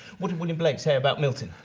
what did william blake say about milton?